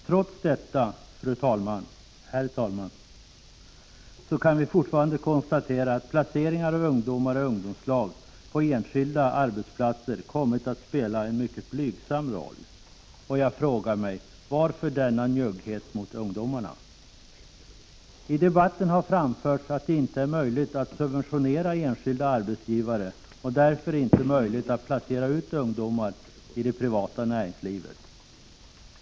Trots detta, herr talman, kan vi fortfarande konstatera att placeringar av ungdomar i ungdomslag på enskilda arbetsplatser kommit att spela en mycket blygsam roll. Varför denna njugghet mot ungdomarna? I debatten har framförts att det inte är möjligt att subventionera arbetsgivare inom det enskilda näringslivet och därför inte heller möjligt att placera ut ungdomar i den privata verksamheten.